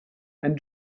and